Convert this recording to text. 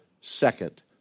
second